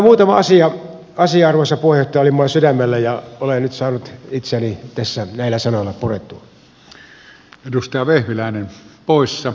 nämä muutamat asiat arvoisa puhemies olivat minulla sydämellä ja olen nyt saanut itseäni tässä näillä sanoilla purettua